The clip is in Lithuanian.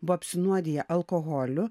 buvo apsinuodiję alkoholiu